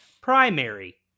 Primary